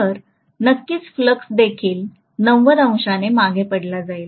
तर नक्कीच फ्लक्स देखील मागे पडला जाईल